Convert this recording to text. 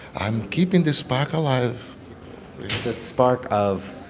i'm keeping the spark alive the spark of?